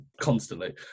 constantly